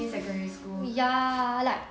mm ya like